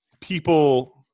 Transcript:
people